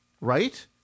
right